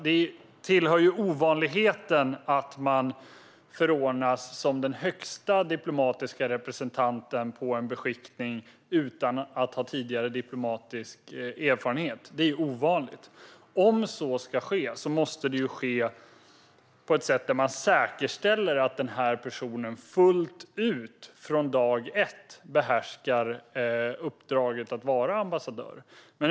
Det tillhör nämligen ovanligheten att någon förordnas som högsta diplomatiska representant på en beskickning utan att ha tidigare diplomatisk erfarenhet. Det är ovanligt. Om så ska ske måste det ju ske på ett sätt där man säkerställer att personen fullt ut, från dag ett, behärskar uppdraget att vara ambassadör.